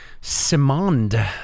simond